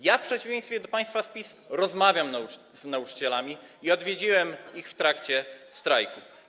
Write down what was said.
Ja w przeciwieństwie do państwa z PiS rozmawiam z nauczycielami i odwiedziłem ich w trakcie strajku.